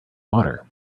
water